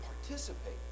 participate